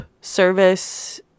service